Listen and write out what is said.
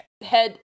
head